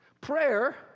Prayer